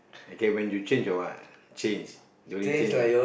okay when you change or what change during change ah